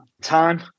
Time